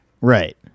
Right